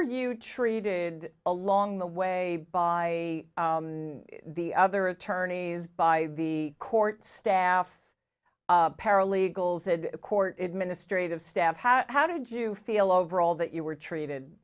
were you treated along the way by the other attorneys by the court staff paralegals said court administrative staff how did you feel overall that you were treated